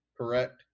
correct